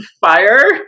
fire